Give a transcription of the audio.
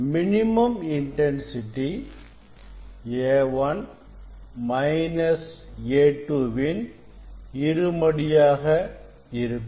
minimum intensity A1 minus A2 வின் இரு மடியாக இருக்கும்